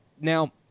Now